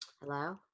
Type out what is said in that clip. Hello